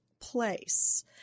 place